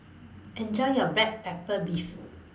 Enjoy your Black Pepper Beef